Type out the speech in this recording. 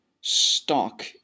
stock